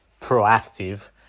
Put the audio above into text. proactive